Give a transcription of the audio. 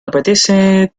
apetece